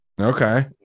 Okay